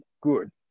good